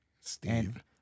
Steve